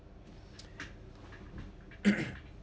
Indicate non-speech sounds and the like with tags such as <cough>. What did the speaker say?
<coughs>